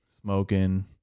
smoking